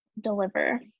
deliver